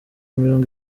mirongo